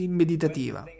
meditativa